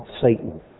Satan